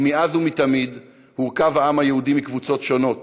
כי מאז ומתמיד הורכב העם היהודי מקבוצות שונות,